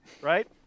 Right